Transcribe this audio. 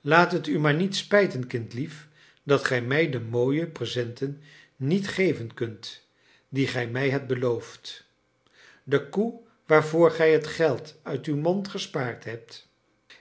laat het u maar niet spijten kindlief dat gij mij de mooie presenten niet geven kunt die gij mij hebt beloofd de koe waarvoor gij het geld uit uw mond gespaard hebt